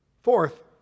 Fourth